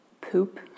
poop